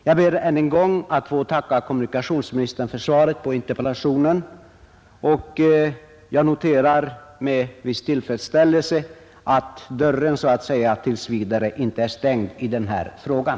Jag ber än en gång att få tacka kommunikationsministern för svaret på interpellationen, och jag noterar med viss tillfredsställelse att dörren så att säga tills vidare inte är stängd i den här frågan.